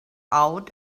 out